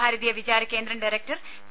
ഭാരതീയ വിചാര കേന്ദ്രം director P